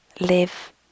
live